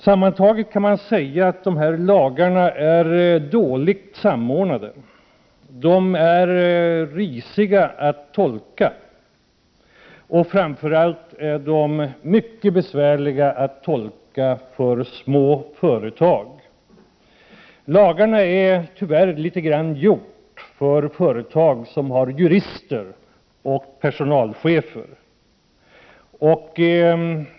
Sammantaget kan man säga att lagarna är dåligt samordnade. De är risiga att tolka. Framför allt är de mycket besvärliga att tolka för små företag. Lagarna är tyvärr litet grand gjorda för företag som har jurister och personalchefer.